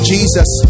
Jesus